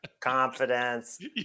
confidence